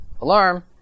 alarm